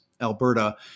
Alberta